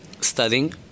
studying